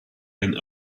and